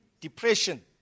depression